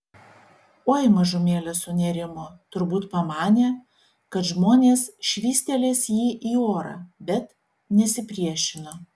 oi mažumėlę sunerimo turbūt pamanė kad žmonės švystelės jį į orą bet nesipriešino